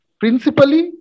principally